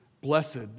Blessed